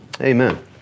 amen